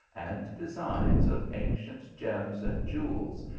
and de signs of ancient gems and jewels,